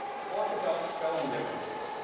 talk about spelling differences.